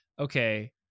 okay